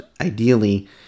ideally